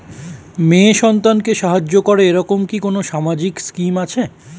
মেয়ে সন্তানকে সাহায্য করে এরকম কি কোনো সামাজিক স্কিম আছে?